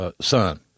Son